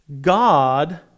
God